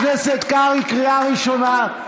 חבר הכנסת קרעי, קריאה ראשונה.